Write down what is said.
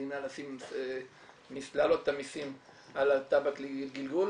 המדינה להעלות את המיסים על הטבק לגלגול,